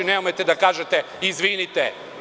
Ne umete da kažete – izvinite.